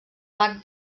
bac